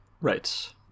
Right